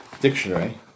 Dictionary